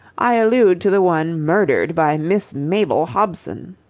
i allude to the one murdered by miss mabel hobson.